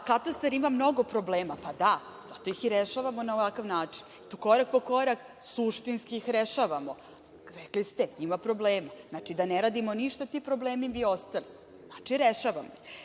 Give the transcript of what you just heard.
katastar ima mnogo problema. Pa, da, zato ih i rešavamo na ovakav način i to korak po korak. Suštinski ih rešavamo. Rekli ste da ima problema. Znači, da ne radimo ništa, ti problemi bi ostali. Znači, rešavamo